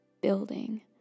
building